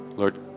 Lord